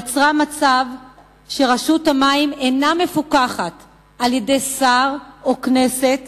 יצרה מצב שרשות המים אינה מפוקחת על-ידי שר או הכנסת.